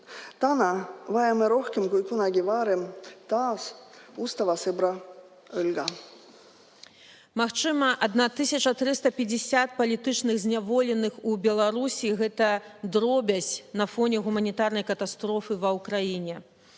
Täna vajame rohkem kui kunagi varem ustava sõbra õlga.